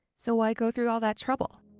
so why go through all that trouble?